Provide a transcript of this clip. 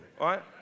Right